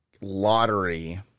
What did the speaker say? lottery